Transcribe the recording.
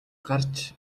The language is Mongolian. гарч